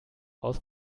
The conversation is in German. aus